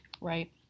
Right